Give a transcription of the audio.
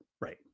right